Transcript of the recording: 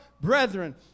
brethren